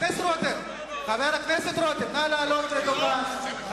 חבר הכנסת רותם, נא לעלות לדוכן.